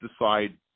decide